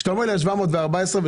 כשאתה אומר 714 מיליון שקלים,